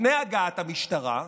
לפני הגעת המשטרה,